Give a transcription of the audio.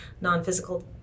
non-physical